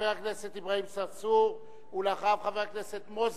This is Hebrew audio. חבר הכנסת אברהים צרצור, ואחריו, חבר הכנסת מוזס,